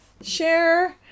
Share